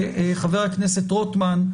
חבר הכנסת רוטמן,